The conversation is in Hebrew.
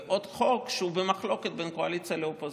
ועוד חוק שהוא במחלוקת בין קואליציה לאופוזיציה.